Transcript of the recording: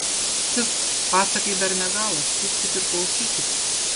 cit pasakai dar ne galas tūpkit ir klausykit